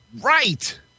Right